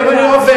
היום אני עובד.